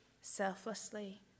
selflessly